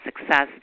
success